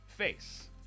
face